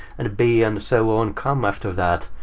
and b and so on come after that.